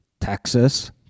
Texas